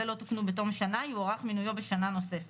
לא תוקנו בתום שנה - יוארך מינויו בשנה נוספת.